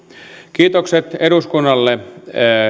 kiitokset eduskunnalle